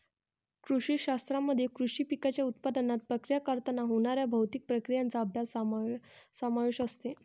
कृषी शास्त्रामध्ये कृषी पिकांच्या उत्पादनात, प्रक्रिया करताना होणाऱ्या भौतिक प्रक्रियांचा अभ्यास समावेश असते